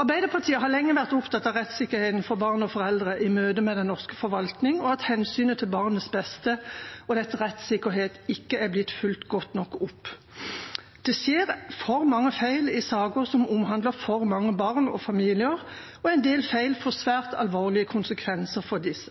Arbeiderpartiet har lenge vært opptatt av rettssikkerheten for barn og foreldre i møte med den norske forvaltningen, og at hensynet til barnets beste og dets rettssikkerhet ikke er blitt fulgt godt nok opp. Det skjer for mange feil i saker som omhandler for mange barn og familier, og en del feil får svært alvorlige konsekvenser for disse.